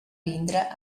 vindre